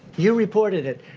you reported it.